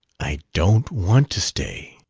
i don't want to stay,